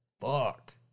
fuck